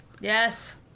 Yes